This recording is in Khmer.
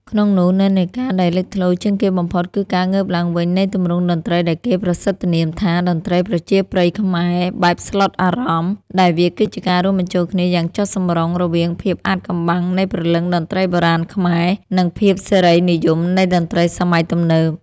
ក្នុងនោះ និន្នាការដែលលេចធ្លោជាងគេបំផុតគឺការងើបឡើងវិញនៃទម្រង់តន្ត្រីដែលគេប្រសិទ្ធនាមថា តន្ត្រីប្រជាប្រិយខ្មែរបែបស្លុតអារម្មណ៍ ដែលវាគឺជាការរួមបញ្ចូលគ្នាយ៉ាងចុះសម្រុងរវាងភាពអាថ៌កំបាំងនៃព្រលឹងតន្ត្រីបុរាណខ្មែរ និងភាពសេរីនិយមនៃតន្ត្រីសម័យទំនើប។